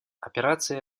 операции